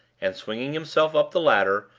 and, swinging himself up the ladder,